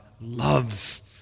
loves